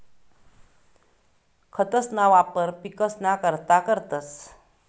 खतंसना वापर पिकसना करता करतंस